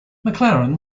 mclaren